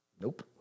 Nope